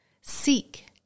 Seek